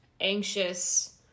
anxious